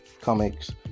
comics